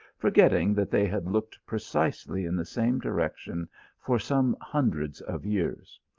forgetting that they had looked pre cisely in the same direction for some hundreds of years,